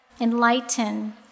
enlighten